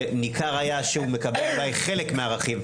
שניכר היה שהוא מקבל אולי חלק מהערכים,